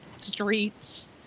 streets